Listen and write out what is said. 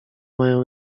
mają